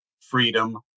freedom